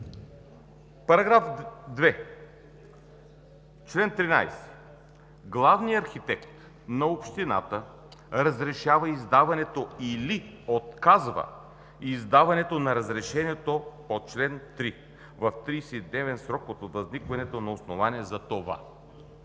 върви. „§ 2. В чл. 13: „Главният архитект на общината разрешава издаването или отказва издаването на разрешението по ал. 3 в 30 дневен срок от възникването на основание за това.“